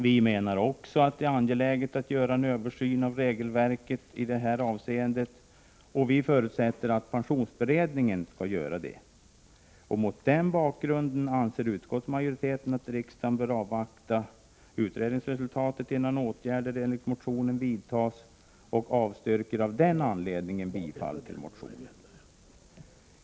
Vi menar också att det är angeläget att göra en översyn av regelverket i det här avseendet, och vi förutsätter att pensionsberedningen skall göra den. Mot den bakgrunden anser utskottsmajoriteten att riksdagen bör avvakta utredningsresultatet innan några åtgärder i enlighet med motionen vidtas och avstyrker av den anledningen bifall till motionen.